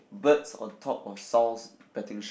birds on top of Sow's betting shop